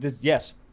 yes